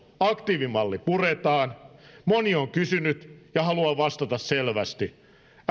aktiivimalli puretaan moni on kysynyt ja haluan vastata selvästi